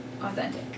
authentic